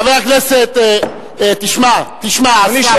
חבר הכנסת, תשמע, השר